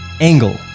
Angle